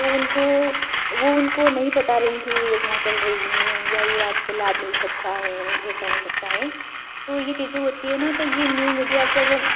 तो उनको वह उनको नहीं बता रहें कि योजना चल रही हैं या या आपको लाभ मिल सकता है ऐसा हो सकता है तो ये चीज़ें होती है न तो यह न्यू मीडिया पर